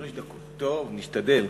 טוב, נשתדל.